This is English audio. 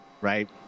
Right